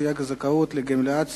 סייג לזכאות לגמלת סיעוד),